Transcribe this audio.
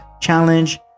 challenge